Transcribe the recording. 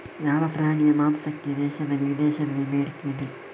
ಯಾವ ಪ್ರಾಣಿಯ ಮಾಂಸಕ್ಕೆ ದೇಶದಲ್ಲಿ ವಿದೇಶದಲ್ಲಿ ಬೇಡಿಕೆ ಇದೆ?